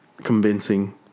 convincing